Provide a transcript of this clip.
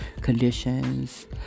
Conditions